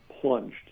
plunged